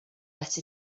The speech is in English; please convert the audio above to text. let